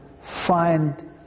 find